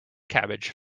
cabbage